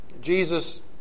Jesus